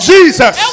Jesus